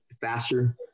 faster